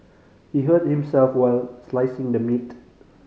he hurt himself while slicing the meat